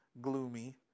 gloomy